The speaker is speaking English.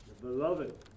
beloved